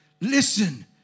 listen